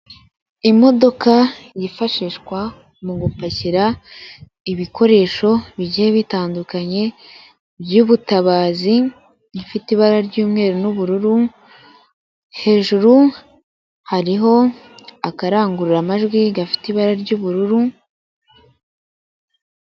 Imodoka yifashishwa mu gupakira ibikoresho bigiye bitandukanye byubutabazi, ifite ibara ry'umweru n'bururu, hejuru hariho akarangurura amajwi gafite ibara ry'ubururu.